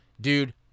Dude